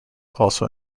also